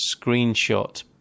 screenshot